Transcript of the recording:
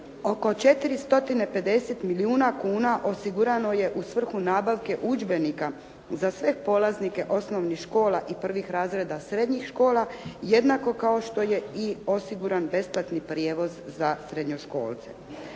Oko 450 milijuna kuna osigurano je u svrhu nabavke udžbenika za sve polaznika osnovnih škola i prvih razreda srednjih škola, jednako kao što je i osiguran besplatni prijevoz za srednjoškolce.